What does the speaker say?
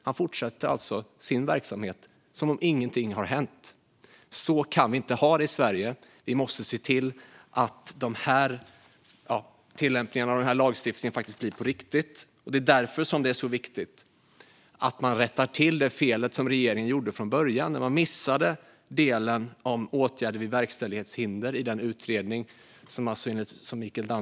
Men den verksamheten fortsätter han alltså som om ingenting har hänt. Så kan vi inte ha det i Sverige. Vi måste se till att tillämpningen av den här lagstiftningen faktiskt blir på riktigt. Därför är det så viktigt att man rättar till det fel som regeringen gjorde från början när man missade delen om åtgärder vid verkställighetshinder i den utredning som Mikael Damsgaard nämnde.